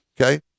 Okay